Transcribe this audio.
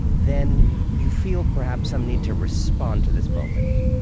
then you feel perhaps some need to respond to this moment.